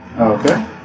Okay